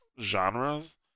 genres